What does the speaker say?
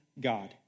God